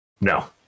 No